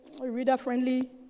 reader-friendly